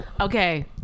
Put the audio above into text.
Okay